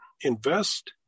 invest